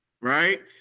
right